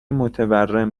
متورم